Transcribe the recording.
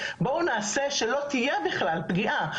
בואו נעשה שלא תהיה בכלל פגיעה,